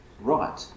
right